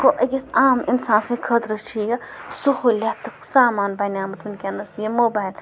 گوٚو أکِس عام اِنسان سٕنٛدۍ خٲطرٕ چھِ یہِ سہولیَتُک سامان بَنیٛومُت وٕنکٮ۪نَس یہِ موبایِل